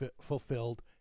fulfilled